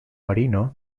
marino